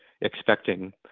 expecting